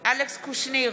אלכס קושניר,